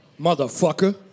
Motherfucker